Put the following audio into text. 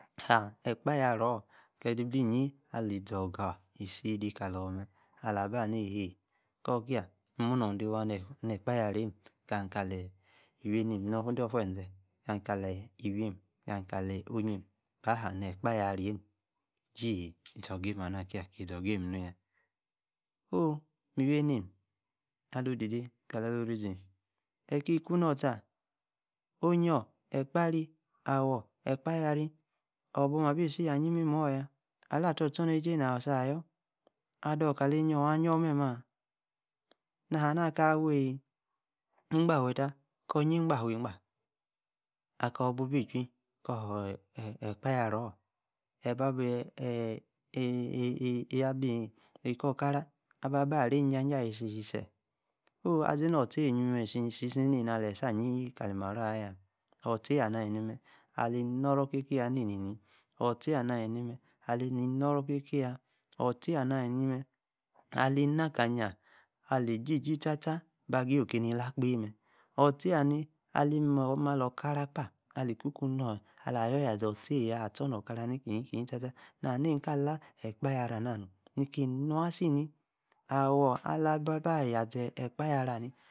Haa, ekpayari-orr, ki-de-bi-iyee, ali-zogaa, isi de-kalar mme, ala-aba haa, ni-eheey, kor-kíah nn-mu-nu de-waa, ekpaya-ri eeh, kam-kalee, miwi-enem, nane-door-ofu-eze, kami, kale, iwi-meem, kam-kale, oh-yiem, ka-haa ekpaya-ri-neem, jii-izoro ga, mme, anah kiahi, ki-izor-oga, nnu-iyaa, iwi-enemme, alo-odi-de kala-atora-orizi, ekie-kuu nor-uttar, oh-yion, ekpari, awor ekpaya-ri oor-bol, maa-bi-isi, ayie, imi-moor yaa, ala-tor-ostornesie, nor si-ayor, ador ka-lane-nor, ayior-memmee-aa, nat haa-naaa ka, wiey igba-ate toah, kor yíe, ígba-afe egba akor, ibu bi-ichui, kor heeh ekpyari-oor, eba-bi, eka-ekara, aba-aray-íja-jay ayíe-sísí-ee. oh. azi, noor-otíe-eeh-isi-si nena, aleyeí, sa-ayi-imímemme, kali-maro, ayaa otie, anaa-alí-nimme. alí-no-oro, ke-kíe, yaa není-eni, otíe, ati aní mme, alí-no-oro-ke-kíe yaa-otíe anaa, alí-ni-mme, alí-na-aka-yaa, alí, iji-ji, tar tar, ba-geyi, okane-ni-laah kpeey, otiey aní-alí-ma-lor-okara kpa, alí-ku-ku, nor, ala-ayor-ya-otíey-ya, attor, okara ni-ki-yí-ki-yin-tar-tar, na-haa, nen-kalaah, ekpaya-ri-ana noom, ni-ki nua-isi-ni, awor, ala-gba-aba-yaa-ekpaya-ri-anal